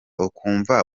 ukumva